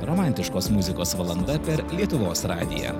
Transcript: romantiškos muzikos valanda per lietuvos radiją